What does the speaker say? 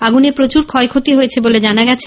আগুনে প্রচুর ক্ষয়ক্ষতি হয়েছে বলে জানা গেছে